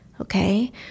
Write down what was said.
Okay